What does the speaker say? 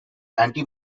anti